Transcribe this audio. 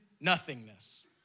nothingness